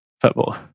Football